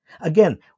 Again